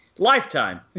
Lifetime